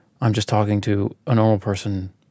I'm-just-talking-to-a-normal-person